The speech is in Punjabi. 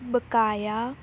ਬਕਾਇਆ